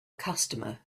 customer